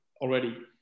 already